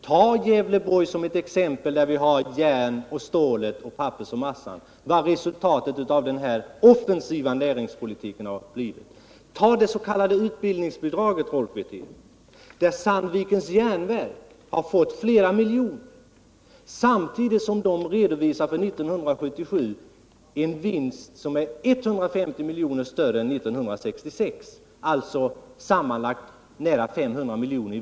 Se vilket resultatet av denna offensiva näringspolitik har blivit i Gävleborgs län, där vi har järn, stål, papper och massa! Ta dets.k. utbildningsbidraget som exempel, Rolf Wirtén! Sandvikens järnverk har fått flera miljoner, samtidigt som företaget för 1977 redovisade en vinst som var 150 miljoner större än 1976 eller nära 500 miljoner.